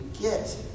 get